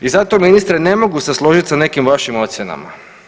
I zato, ministre, ne mogu se složiti sa nekim vašim ocjenama.